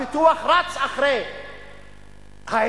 הפיתוח רץ אחרי ההתפתחות.